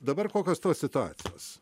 dabar kokios tos situacijos